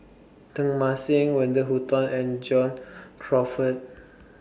Teng Mah Seng Wendy Hutton and John Crawfurd